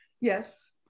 yes